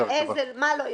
מה לא יחול?